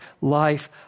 life